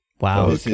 Wow